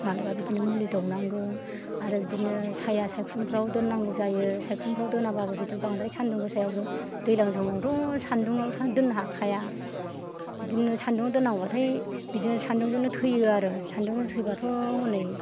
मालाबा बिदिनो मुलि दौनांगोन आरो बिदिनो साया सायख्लुमफ्राव दोननांगौ जायो सायख्लुमफ्राव दोनाबाबो बिदिनो बांद्राय सान्दुं गोसायावबो दैज्लां समावथ' सान्दुङाव दोननो हाखाया बिदिनो सान्दुङाव दोननांगौबाथाय बिदिनो सान्दुंजोंंनो थैयो आरो सान्दुंजों थैबाथ' हनै